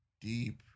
deep